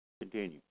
Continue